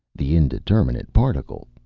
the indeterminate particle.